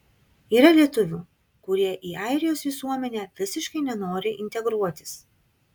yra lietuvių kurie į airijos visuomenę visiškai nenori integruotis